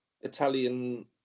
Italian